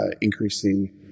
increasing